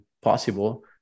possible